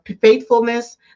faithfulness